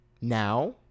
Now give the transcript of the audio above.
Now